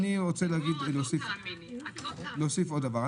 אני רוצה להוסיף עוד דבר.